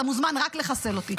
אתה מוזמן רק לחסל אותי.